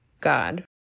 God